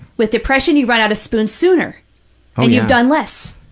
with depression, you run out of spoons sooner and you've done less.